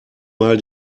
mal